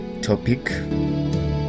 topic